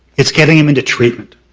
it's getting them into treatment.